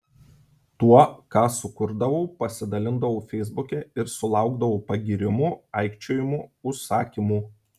tuo ką sukurdavau pasidalindavau feisbuke ir sulaukdavau pagyrimų aikčiojimų užsakymų